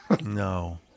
No